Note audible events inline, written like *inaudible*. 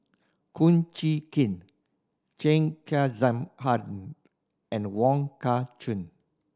Kum Chee Kin Chen Kezhan *unintelligible* and Wong Kah Chun